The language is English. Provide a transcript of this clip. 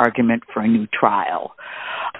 argument for a new trial